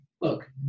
look